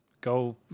Go